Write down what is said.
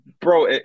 bro